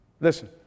Listen